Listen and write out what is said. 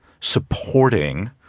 supporting